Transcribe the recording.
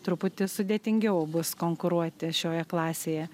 truputį sudėtingiau bus konkuruoti šioje klasėje